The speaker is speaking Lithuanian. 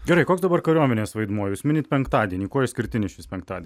gerai koks dabar kariuomenės vaidmuo jūs minit penktadienį kuo išskirtinis šis penktadienis